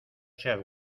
seas